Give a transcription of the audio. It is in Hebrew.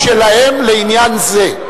אדוני היושב-ראש.